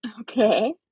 Okay